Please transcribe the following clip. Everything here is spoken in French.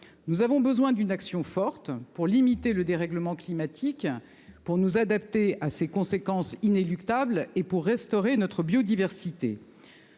Nous avons besoin d'une action forte pour limiter le dérèglement climatique pour nous adapter à ses conséquences inéluctables et pour restaurer notre biodiversité.